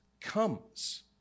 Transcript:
comes